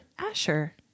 Asher